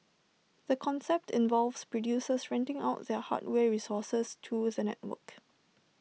the concept involves producers renting out their hardware resources to the network